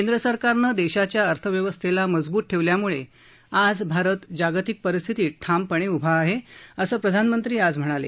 केंद्रसरकारनं देशाच्या अर्थव्यवस्थेला मजबूत ठेवल्याम्ळेच आज भारत जागतिक परिस्थितीत ठामपणे उभा आहे असं प्रधानमंत्री आज म्हणाले